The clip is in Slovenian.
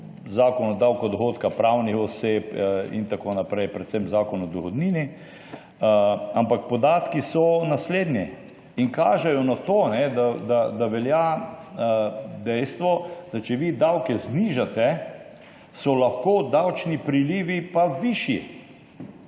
Zakon o davku od dohodkov pravnih oseb in tako naprej, predvsem Zakon o dohodnini. Podatki so naslednji in kažejo na to, da velja dejstvo, da če vi davke znižate, so lahko davčni prilivi pa višji,